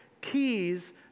keys